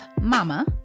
mama